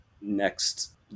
next